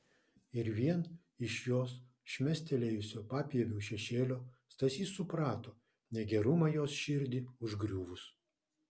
ir vien iš jos šmėstelėjusio papieviu šešėlio stasys suprato negerumą jos širdį užgriuvus